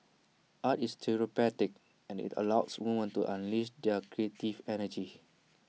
art is therapeutic and IT allows women to unleash their creative energy